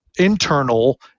Internal